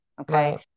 Okay